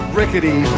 rickety